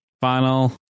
final